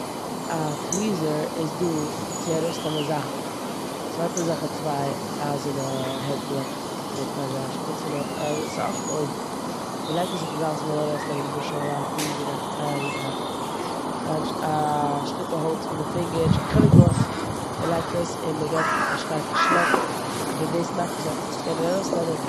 א טוויזער איז דא צו ארויסנעמען זאכן. ס'האט אזעלכע צוויי אייזענע הענטלעך מיט אזא שפיץ פון אוי- א- ס'אפן אויבן. מ'לייגט עס אויף די זאך וואס מ'וויל ארויסנעמען, נמשל א האר, א ציין א- א- א שטיקל האלץ פון די פינגער, נישט קיין חילוק וואס און מ'לייגט עס און מ'גיבט א שטארקע שלעפ און דאס מאכט מ'זאל עס קענען ארויסנעמען.